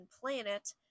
planet